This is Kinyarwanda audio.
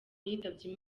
yitabye